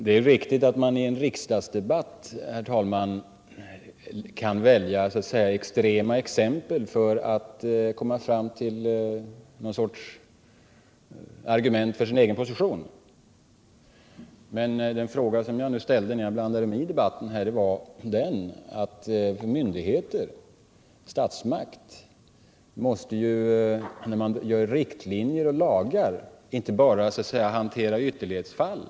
Det är riktigt att man i en riksdagsdebatt kan välja extrema exempel, så att man kan komma fram till någon sorts argument för sin egen position. Men den frågan jag ställde när jag blandade mig i debatten gällde myndigheterna, statsmakten. Dessa måste när de uppställer riktlinjer och stiftar lagar inte bara hantera ytterlighetsfall.